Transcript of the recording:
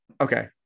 Okay